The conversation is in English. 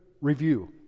review